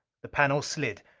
the panel slid.